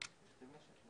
ספציפית.